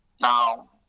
Now